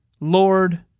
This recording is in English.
Lord